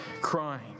crying